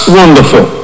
wonderful